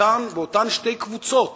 באותן שתי קבוצות